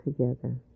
together